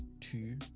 Two